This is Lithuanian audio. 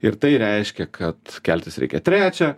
ir tai reiškia kad keltis reikia trečią